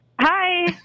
hi